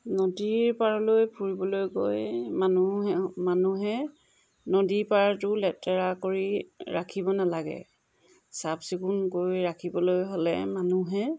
নদীৰ পাৰলৈ ফুৰিবলৈ গৈ মানুহে মানুহে নদীৰ পাৰটো লেতেৰা কৰি ৰাখিব নালাগে চাফ চিকুণ কৰি ৰাখিবলৈ হ'লে মানুহে